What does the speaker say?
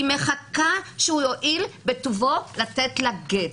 היא מחכה שהוא יועיל בטובו לתת לה גט.